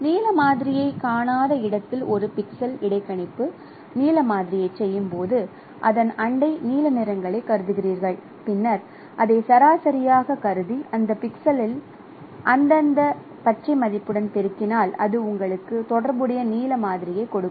நீல மாதிரியைக் காணாத இடத்தில் ஒரு பிக்சலில் இடைக்கணிப்பு நீல மாதிரியைச் செய்யும்போது அதன் அண்டை நீல நிறங்களைக் கருதுகிறீர்கள் பின்னர் அதை சராசரியாகக் கருதி அந்த பிக்சலில் அந்தந்த பச்சை மதிப்புடன் பெருக்கினால் அது உங்களுக்கு தொடர்புடைய நீல மாதிரியைக் கொடுக்கும்